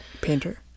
painter